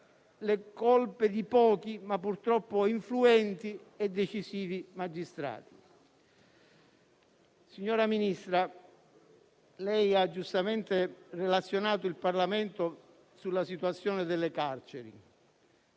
le colpe di pochi, ma purtroppo influenti e decisivi magistrati. Signora Ministra, lei ha giustamente relazionato il Parlamento sulla situazione delle carceri.